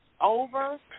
over